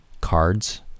cards